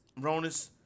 Ronis